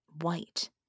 white